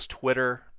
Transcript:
Twitter